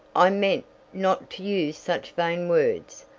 i meant not to use such vain words.